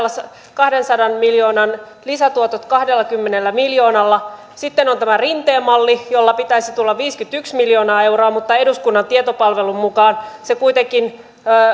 kahdensadan miljoonan lisätuotot kahdellakymmenellä miljoonalla sitten on tämä rinteen malli jolla pitäisi tulla viisikymmentäyksi miljoonaa euroa mutta eduskunnan tietopalvelun mukaan se kuitenkin